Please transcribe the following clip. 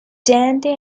dandy